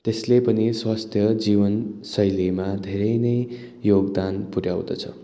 त्यसले पनि स्वस्थ जीवनशैलीमा धेरै नै योगदान पुऱ्याउँदछ